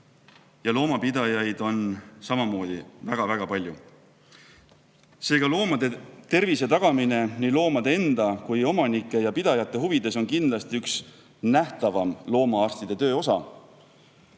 Ja loomapidajaid on samamoodi väga-väga palju. Seega, loomade tervise tagamine nii loomade enda kui ka omanike ja pidajate huvides on kindlasti üks nähtavam loomaarstide töö